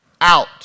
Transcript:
out